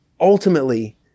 ultimately